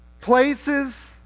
places